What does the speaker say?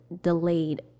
delayed